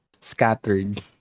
scattered